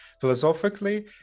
philosophically